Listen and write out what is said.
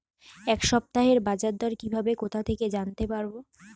এই সপ্তাহের বাজারদর কিভাবে কোথা থেকে জানতে পারবো?